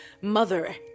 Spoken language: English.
mother